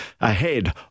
ahead